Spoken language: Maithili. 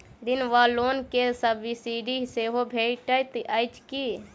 ऋण वा लोन केँ सब्सिडी सेहो भेटइत अछि की?